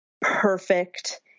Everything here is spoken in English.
perfect